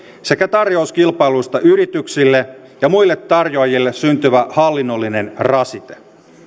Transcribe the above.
sekä tarjouskilpailuista yrityksille ja muille tarjoajille syntyvä hallinnollinen rasite